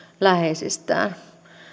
läheisistään